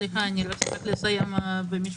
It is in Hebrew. סליחה, אני מבקשת לסיים במשפט.